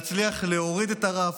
להצליח להוריד את הרף,